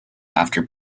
after